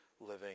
living